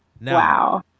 Wow